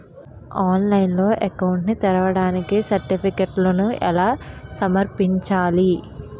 ఆన్లైన్లో అకౌంట్ ని తెరవడానికి సర్టిఫికెట్లను ఎలా సమర్పించాలి?